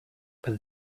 but